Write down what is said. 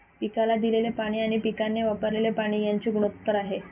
पिकाला दिलेले पाणी आणि पिकाने वापरलेले पाणी यांचे गुणोत्तर आहे